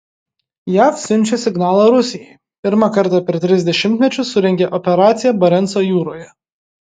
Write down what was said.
jav siunčia signalą rusijai pirmą kartą per tris dešimtmečius surengė operaciją barenco jūroje